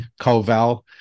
Koval